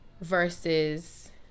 versus